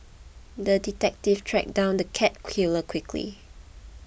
the detective tracked down the cat killer quickly